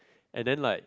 and then like